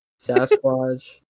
Sasquatch